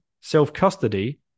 self-custody